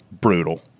brutal